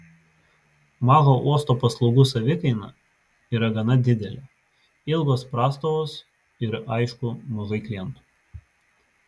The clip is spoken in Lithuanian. mažo uosto paslaugų savikaina yra gana didelė ilgos prastovos ir aišku mažai klientų